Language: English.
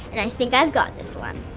and i think i've got this one.